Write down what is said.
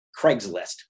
Craigslist